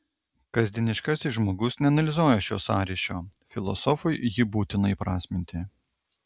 kasdieniškasis žmogus neanalizuoja šio sąryšio filosofui jį būtina įprasminti